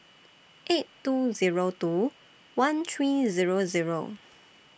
eight two Zero two one three Zero Zero